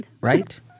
Right